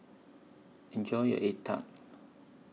Enjoy your Egg Tart